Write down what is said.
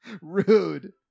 rude